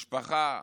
משפחה